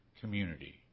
community